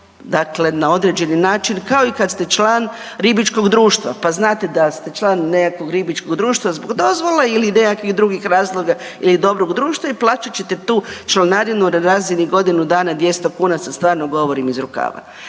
dakle na određeni način kao i kad ste član ribičkog društva pa znate da ste član nekakvog ribičkog društva zbog dozvole ili nekakvih drugih razloga ili dobrog društva i plaćat ćete tu članarinu na razini godinu dana 200 kuna, sad stvarno govorim iz rukava.